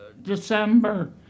December